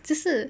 这是